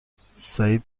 سعید